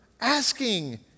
asking